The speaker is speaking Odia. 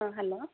ହଁ ହ୍ୟାଲୋ